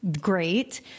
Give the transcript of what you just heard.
great